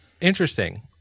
Interesting